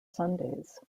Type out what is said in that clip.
sundays